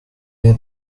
near